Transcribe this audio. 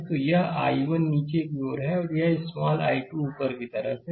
तो यह I1 नीचे की ओर है और यह स्मॉल I2 ऊपर की तरफ है